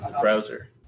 Browser